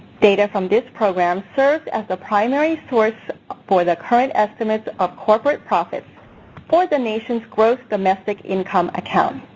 data from this program serves as the primary source for the current estimates of corporate profits for the nation's gross domestic income accounts.